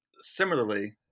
similarly